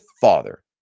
father